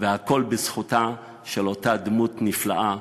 והכול בזכותה של אותה דמות נפלאה,